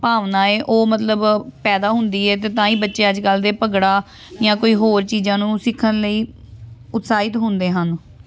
ਭਾਵਨਾ ਹੈ ਉਹ ਮਤਲਬ ਪੈਦਾ ਹੁੰਦੀ ਹੈ ਅਤੇ ਤਾਂ ਹੀ ਬੱਚੇ ਅੱਜ ਕੱਲ੍ਹ ਦੇ ਭੰਗੜਾ ਜਾਂ ਕੋਈ ਹੋਰ ਚੀਜ਼ਾਂ ਨੂੰ ਸਿੱਖਣ ਲਈ ਉਤਸ਼ਾਹਿਤ ਹੁੰਦੇ ਹਨ